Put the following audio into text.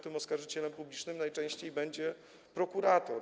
Tym oskarżycielem publicznym najczęściej będzie prokurator.